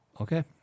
Okay